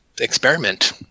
experiment